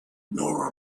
nor